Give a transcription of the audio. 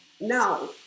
Now